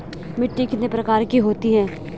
मिट्टी कितने प्रकार की होती है?